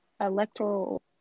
electoral